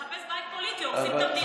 כדי לחפש בית פוליטי הורסים את המדינה.